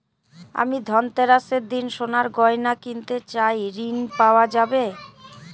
আমি ধনতেরাসের দিন সোনার গয়না কিনতে চাই ঝণ পাওয়া যাবে?